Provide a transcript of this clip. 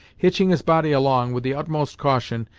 hitching his body along, with the utmost caution,